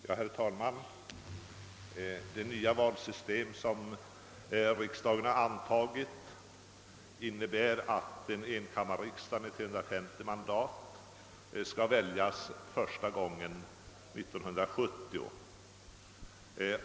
Herr talman! Det nya valsystem som riksdagen har antagit innebär, att en enkammarriksdag med 350 mandat skall väljas första gången 1970.